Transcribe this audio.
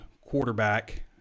quarterback